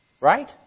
Right